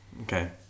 okay